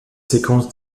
séquences